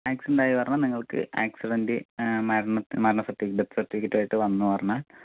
accident ആയി പറഞ്ഞാൽ നിങ്ങൾക്ക് ആക്സിഡനൻറ് മരണത്തിൻ്റെ ഡെത്ത് സർട്ടിഫിക്കറ്റും ആയി വന്ന് പറഞ്ഞാൽ